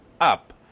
up